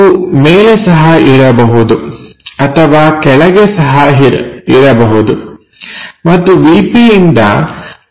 ಇದು ಮೇಲೆ ಸಹ ಇರಬಹುದು ಅಥವಾ ಕೆಳಗೆ ಸಹ ಇರಬಹುದು ಮತ್ತು ವಿ ಪಿ ಇಂದ 15mm ನಲ್ಲಿದೆ